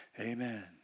amen